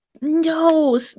no